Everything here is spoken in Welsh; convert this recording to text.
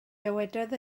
dywedodd